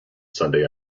sunday